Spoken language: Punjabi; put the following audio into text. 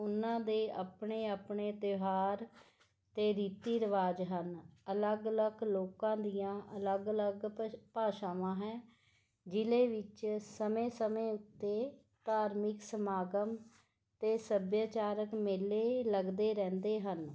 ਉਨ੍ਹਾਂ ਦੇ ਆਪਣੇ ਆਪਣੇ ਤਿਉਹਾਰ ਅਤੇ ਰੀਤੀ ਰਿਵਾਜ ਹਨ ਅਲੱਗ ਅਲੱਗ ਲੋਕਾਂ ਦੀਆਂ ਅਲੱਗ ਅਲੱਗ ਭਸ਼ ਭਾਸ਼ਾਵਾਂ ਹੈ ਜ਼ਿਲ੍ਹੇ ਵਿੱਚ ਸਮੇਂ ਸਮੇਂ ਉੱਤੇ ਧਾਰਮਿਕ ਸਮਾਗਮ ਅਤੇ ਸੱਭਿਆਚਾਰਕ ਮੇਲੇ ਲੱਗਦੇ ਰਹਿੰਦੇ ਹਨ